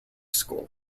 school